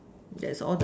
that's all the